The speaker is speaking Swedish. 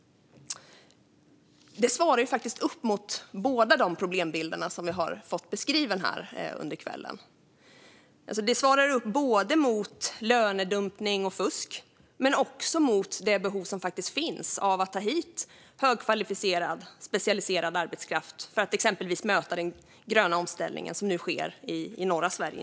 Det svarar ju faktiskt upp mot båda de problembilder som vi fått beskrivna här under kvällen. Det svarar upp både mot lönedumpning och fusk och mot det behov som faktiskt finns av att ta hit högkvalificerad, specialiserad arbetskraft för att exempelvis möta den gröna omställning som nu sker inte minst i norra Sverige.